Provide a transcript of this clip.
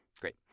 Great